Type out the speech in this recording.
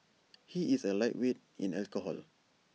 he is A lightweight in alcohol